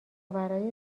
برای